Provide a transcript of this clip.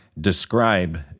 describe